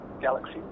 galaxy